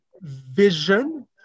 vision